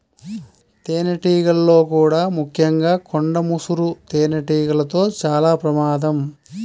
తేనెటీగల్లో కూడా ముఖ్యంగా కొండ ముసురు తేనెటీగలతో చాలా ప్రమాదం